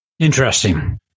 Interesting